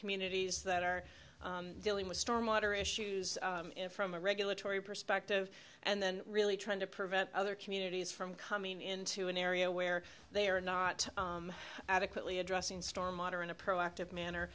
communities that are dealing with storm water issues from a regulatory perspective and then really trying to prevent other communities from coming into an area where they are not adequately addressing storm water in a proactive manner